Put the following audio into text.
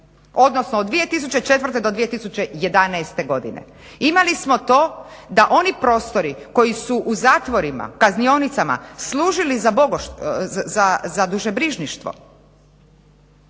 Odnosno od 2004. do 2011. godine? Imali smo to da oni prostori koji su u zatvorima, kaznionicama služili za dušebrižništvo,